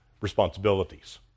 responsibilities